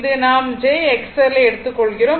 இது நாம் jXL யை எடுத்துக் கொள்கிறோம்